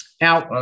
Now